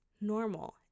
normal